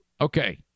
Okay